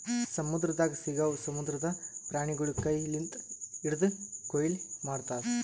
ಸಮುದ್ರದಾಗ್ ಸಿಗವು ಸಮುದ್ರದ ಪ್ರಾಣಿಗೊಳಿಗ್ ಕೈ ಲಿಂತ್ ಹಿಡ್ದು ಕೊಯ್ಲಿ ಮಾಡ್ತಾರ್